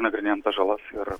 nagrinėjam tas žalas ir